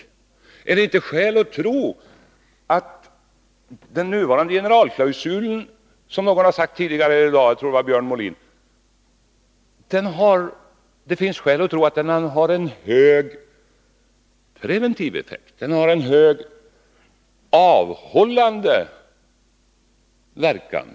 Finns det inte skäl att tro att den nuvarande generalklausulen — jag tror det var Björn Molin som sade det tidigare i dag — har en hög preventiv effekt och en hög avhållande verkan.